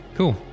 Cool